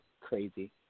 crazy